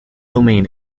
domain